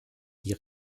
die